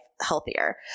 healthier